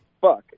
Fuck